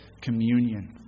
communion